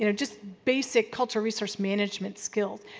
you know just basic cultural resource management skills.